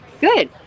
Good